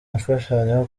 imfashanyo